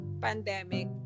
pandemic